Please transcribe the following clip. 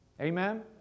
Amen